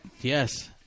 Yes